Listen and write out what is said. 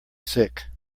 sick